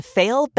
fail